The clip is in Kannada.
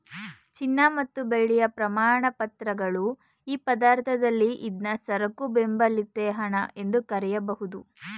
ಚಿನ್ನ ಮತ್ತು ಬೆಳ್ಳಿಯ ಪ್ರಮಾಣಪತ್ರಗಳು ಈ ಅರ್ಥದಲ್ಲಿ ಇದ್ನಾ ಸರಕು ಬೆಂಬಲಿತ ಹಣ ಎಂದು ಕರೆಯಬಹುದು